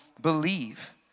believe